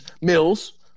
Mills